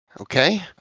Okay